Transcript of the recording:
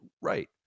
Right